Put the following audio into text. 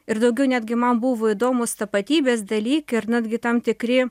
ir daugiau netgi man buvo įdomūs tapatybės dalykai ar netgi tam tikri